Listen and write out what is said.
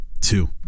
two